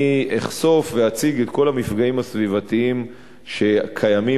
אני אחשוף ואציג את כל המפגעים הסביבתיים שקיימים